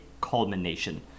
culmination